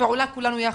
פעולה כולנו יחד.